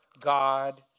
God